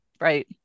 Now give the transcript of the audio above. Right